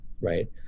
right